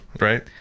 Right